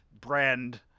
brand